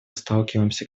сталкиваемся